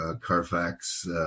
Carfax